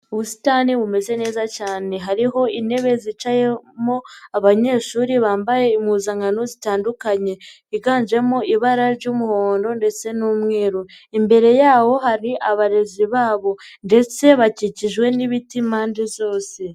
Ubusitani bumeze neza cyane hariho intebe zicayemo abanyeshuri bambaye impuzankano zitandukanye iganjemo ibara ry'umuhondo ndetse n'umweru, imbere yawo hari abarezi babo ndetse bakikijwe n'ibiti impande zose.